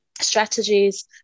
strategies